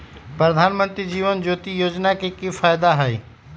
प्रधानमंत्री जीवन ज्योति योजना के की फायदा हई?